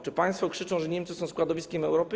Czy państwo krzyczą, że Niemcy są składowiskiem Europy?